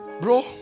Bro